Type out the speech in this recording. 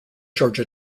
georgia